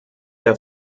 der